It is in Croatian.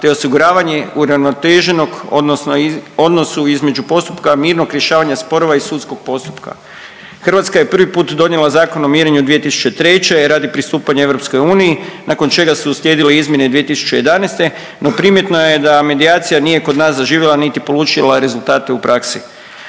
te osiguravanje uravnoteženog, odnosno odnosu između postupka mirnog rješavanja sporova i sudskog postupka. Hrvatska je prvi put donijela Zakon o mirenju 2003. radi pristupanja EU nakon čega su uslijedile izmjene 2011. No primjetno je da medijacija nije kod nas zaživjela niti polučila rezultate u praksi.